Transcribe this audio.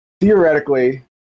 theoretically